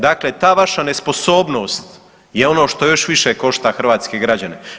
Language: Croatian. Dakle, ta vaša nespobnost je ono što još više košta hrvatske građane.